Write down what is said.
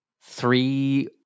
three